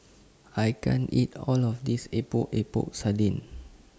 I can't eat All of This Epok Epok Sardin